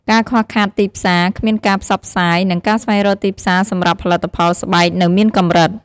ការខ្វះខាតទីផ្សារ គ្មានការផ្សព្វផ្សាយ និងការស្វែងរកទីផ្សារសម្រាប់ផលិតផលស្បែកនៅមានកម្រិត។